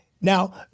Now